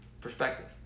perspective